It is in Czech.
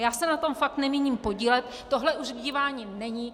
Já se na tom fakt nemíním podílet, tohle už k dívání není.